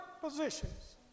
positions